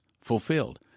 Fulfilled